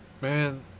man